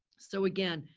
so again,